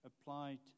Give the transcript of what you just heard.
applied